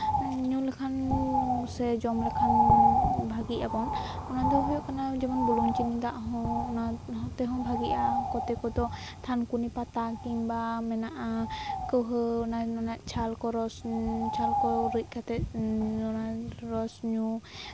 ᱦᱮᱸ ᱧᱩ ᱞᱮᱠᱷᱟᱱ ᱥᱮ ᱡᱚᱢ ᱞᱮᱠᱷᱟᱱ ᱵᱷᱟᱹᱜᱤᱜ ᱟᱵᱚᱱ ᱚᱱᱟ ᱫᱚ ᱦᱩᱭᱩᱜ ᱠᱟᱱᱟ ᱡᱮᱢᱚᱱ ᱵᱩᱞᱩᱝ ᱪᱤᱱᱤ ᱫᱟᱜ ᱦᱚᱸ ᱚᱱᱟ ᱛᱮᱦᱚᱸ ᱵᱷᱟᱹᱜᱤᱜᱼᱟ ᱠᱚᱛᱮᱠ ᱠᱚᱫᱚ ᱛᱷᱟᱱᱠᱩᱱᱤ ᱯᱟᱛᱟ ᱠᱤᱢᱵᱟ ᱢᱮᱱᱟᱜᱼᱟ ᱠᱟᱹᱣᱦᱟᱹ ᱚᱟ ᱨᱮᱱᱟᱜ ᱪᱷᱟᱞ ᱠᱚ ᱨᱚᱥ ᱪᱷᱟᱞ ᱠᱚ ᱨᱤᱫ ᱠᱟᱛᱮ ᱚᱱᱟ ᱨᱚᱥ ᱧᱩ